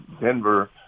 Denver